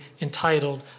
entitled